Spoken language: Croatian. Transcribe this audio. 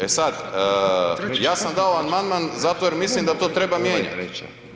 E sad, ja sam dao amandman zato jer mislim da to treba mijenjat.